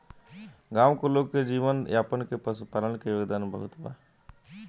गाँव के लोग के जीवन यापन में पशुपालन के योगदान बहुत बा